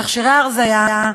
תכשירי הרזיה,